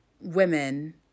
women